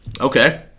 Okay